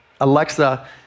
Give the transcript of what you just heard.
Alexa